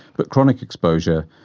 but chronic exposure,